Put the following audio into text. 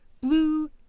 Blue